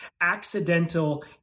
Accidental